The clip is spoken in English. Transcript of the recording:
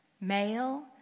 Male